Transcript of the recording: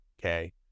okay